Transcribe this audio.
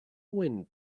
wind